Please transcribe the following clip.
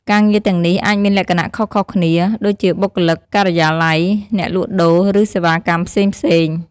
ការងារទាំងនេះអាចមានលក្ខណៈខុសៗគ្នា ដូចជាបុគ្គលិកការិយាល័យ អ្នកលក់ដូរ ឬសេវាកម្មផ្សេងៗ។